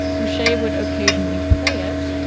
boucher would occasionally play it,